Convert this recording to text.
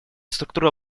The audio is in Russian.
структура